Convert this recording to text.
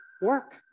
work